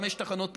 חמש תחנות פרטיות,